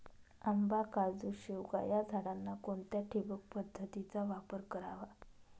आंबा, काजू, शेवगा या झाडांना कोणत्या ठिबक पद्धतीचा वापर करावा?